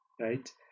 right